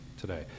today